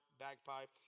bagpipe